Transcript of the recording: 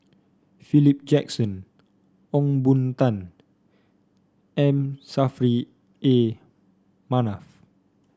Philip Jackson Ong Boon Tat M Saffri A Manaf